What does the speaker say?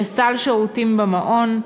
לסל שירותים במעון.